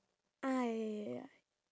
ah ya ya ya ya ya